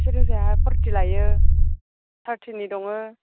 एसे रोजाया फरटि लायो थार्टिनि दङो